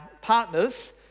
partners